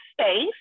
space